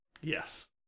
Yes